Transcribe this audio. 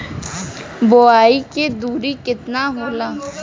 बुआई के दुरी केतना होला?